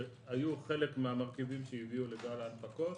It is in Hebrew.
שהיו חלק מהמרכיבים שהביאו לגל ההנפקות.